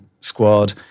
squad